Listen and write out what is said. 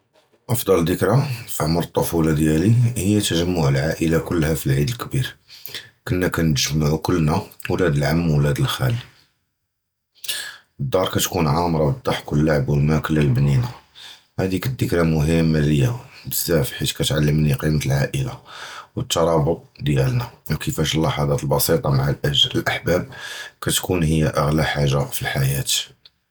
אַפְדָּא דִכְרַא פִי עֻמְר הַטּוּפּוּלָה דִיַּלִי הִי תַּגַּ'מְּעוּע הַעַאִילַה קֻלָּה פַלְעִיד הַקְּבִיר, קִנְנַתְגַּמְּעוּ כֻּּלְּנָא וּלַד הַעַם וּלַד הַחַאל, הַדַּאר תְקוּן מְעַמְרָה בַּדְּדַחְק וְהַלְעַבּ וְהַמַּאקְלָה הַבַּנִינָה, הַדִּכְרַא הַדֶּא מֻهِמָּה לִיָּא בְזַאפ חִית קִתְעַלְּמִי קִימַת הַעַאִילַה וְהַתְּרַאבּוּט דִיַּלְנָא, וְכִיפַאש הַלַּחַצַאת הַבְּסִيطָה מַעַ הַאֻגּ הַאַחְבָּאב תְּקוּן הִי אַגְלַא חַאגָה פִי הַחַיַאת.